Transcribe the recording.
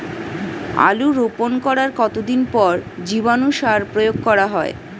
আলু রোপণ করার কতদিন পর জীবাণু সার প্রয়োগ করা হয়?